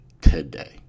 today